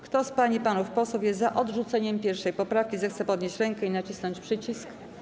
Kto z pań i panów posłów jest za odrzuceniem 1. poprawki, zechce podnieść rękę i nacisnąć przycisk.